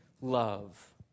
love